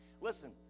listen